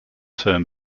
term